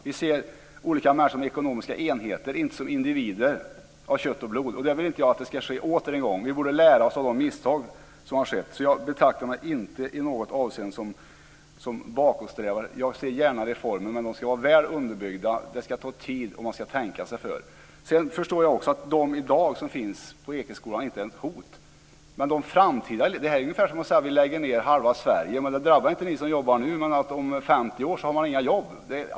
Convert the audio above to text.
Vi ser människor som enheter, inte som individer av kött och blod, och jag vill inte att det ska bli så åter en gång. Vi borde lära oss av de misstag som har gjorts. Jag betraktar mig inte i något avseende som bakåtsträvare. Jag ser gärna reformer, men de ska vara väl underbyggda. Det ska få ta tid, och man ska tänka sig för. Sedan förstår jag också att de elever som i dag finns på Ekeskolan inte är något hot. Det är ungefär som att säga att vi ska lägga ned halva Sverige; det drabbar inte dem som lever nu, men om 50 år så kommer det inte att finnas några jobb.